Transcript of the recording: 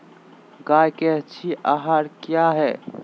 गाय के अच्छी आहार किया है?